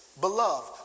beloved